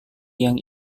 yang